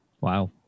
Wow